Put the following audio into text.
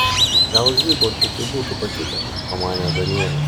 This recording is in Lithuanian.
gal zybartui tai būtų patikę pamanė danielis